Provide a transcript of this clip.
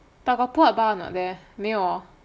but got pull up bar or not there 没有 hor